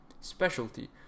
specialty